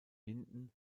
minden